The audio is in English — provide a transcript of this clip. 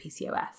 PCOS